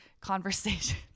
conversation